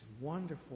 wonderful